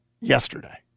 yesterday